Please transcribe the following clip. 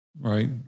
right